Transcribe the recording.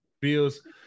Bills